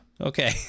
okay